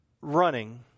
running